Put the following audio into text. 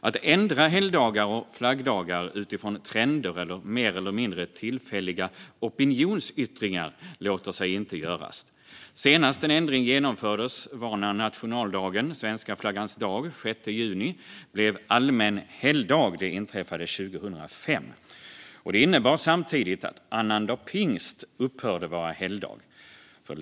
Att ändra helgdagar och flaggdagar utifrån trender eller mer eller mindre tillfälliga opinionsyttringar låter sig inte göras. Senast en ändring genomfördes var när nationaldagen, svenska flaggans dag den 6 juni, blev allmän helgdag 2005. Det innebar samtidigt att annandag pingst upphörde att vara helgdag.